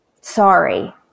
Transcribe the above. sorry